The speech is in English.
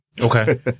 Okay